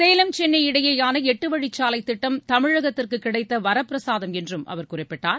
சேலம் சென்னை இடையேயான எட்டு வழிச்சாலைத் திட்டம் தமிழகத்திற்கு கிடைத்த வரப்பிரசாதம் என்றும் அவர் குறிப்பிட்டார்